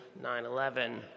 9-11